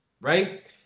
right